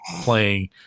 playing